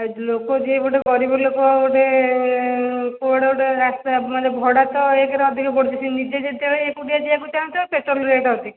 ଲୋକ ଯିଏ ଗୋଟେ ଗରିବ ଲୋକ ଗୋଟେ କୁଆଡ଼େ ଗୋଟେ ରାସ୍ତା ମାନେ ଭଡ଼ା ତ ଏକରେ ଅଧିକ ପଡ଼ୁଛି ସେ ନିଜେ ଯେତେବେଳେ ଏକୁଟିଆ ଯିବାକୁ ଚାହୁଁଛ ପେଟ୍ରୋଲ୍ ରେଟ୍ ଅଧିକ